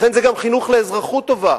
לכן זה גם חינוך לאזרחות טובה,